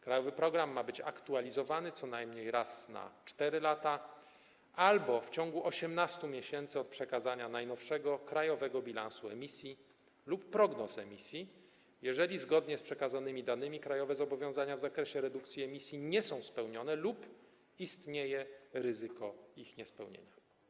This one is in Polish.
Krajowy program ma być aktualizowany co najmniej raz na 4 lata albo w ciągu 18 miesięcy od przekazania najnowszego krajowego bilansu emisji lub prognoz emisji, jeżeli zgodnie z przekazanymi danymi krajowe zobowiązania w zakresie redukcji emisji nie są spełnione lub istnieje ryzyko ich niespełnienia.